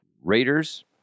Raiders